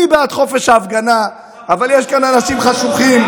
אני בעד חופש ההפגנה, אבל יש כאן אנשים חשוכים,